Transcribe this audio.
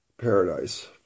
paradise